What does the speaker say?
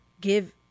give